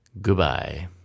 goodbye